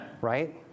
right